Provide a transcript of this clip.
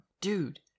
Dude